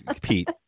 Pete